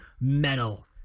metal